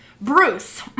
Bruce